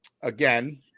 again